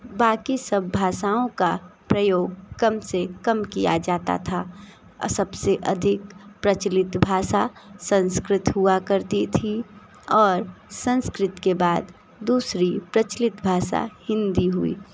बाकी सब भाषाओं का प्रयोग कम से कम किया जाता था सबसे अधिक प्रचलित भाषा संस्कृत हुआ करती थी और संस्कृत के बाद दूसरी प्रचलित भाषा हिंदी हुई